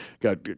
got